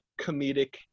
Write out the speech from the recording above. comedic